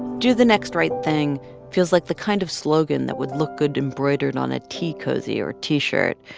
do the next right thing feels like the kind of slogan that would look good embroidered on a tea cozy or t-shirt,